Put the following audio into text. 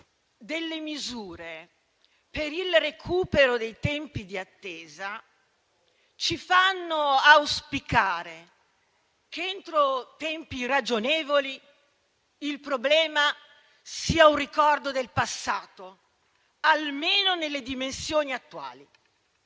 delle misure per il recupero dei tempi di attesa ci fanno auspicare che, entro tempi ragionevoli, il problema sia un ricordo del passato, almeno nelle dimensioni attuali.